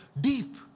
deep